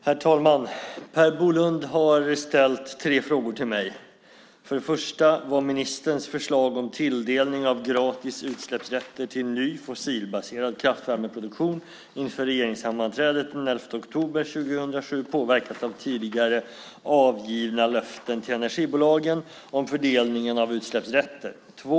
Herr talman! Per Bolund har ställt tre frågor till mig: 1. Var ministerns förslag om tilldelning av gratis utsläppsrätter till ny fossilbaserad kraftvärmeproduktion inför regeringssammanträdet den 11 oktober 2007 påverkat av tidigare avgivna löften till energibolagen om fördelningen av utsläppsrätter? 2.